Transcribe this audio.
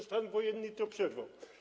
Stan wojenny to przerwał.